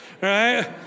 Right